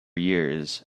years